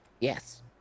yes